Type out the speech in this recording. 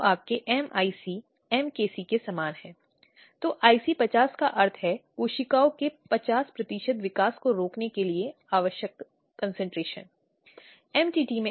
अपराधी या आरोपी को पीड़ित से शादी करने की अनुमति दी है